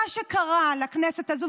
מה שקרה לכנסת הזו,